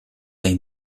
they